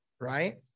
Right